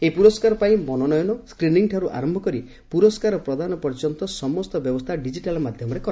ଏହି ପୁରସ୍କାର ପାଇଁ ମନୋନୟନ ସ୍କ୍ରିନିଠାରୁ ଆରମ୍ଭ କରି ପୁରସ୍କାର ପ୍ରଦାନ ପ୍ରର୍ଯ୍ୟନ୍ତ ସମସ୍ତ ବ୍ୟବସ୍ଥା ଡିକିଟାଲ୍ ମାଧ୍ୟମରେ କରାଯାଇଥିଲା